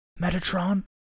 Metatron